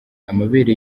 amabere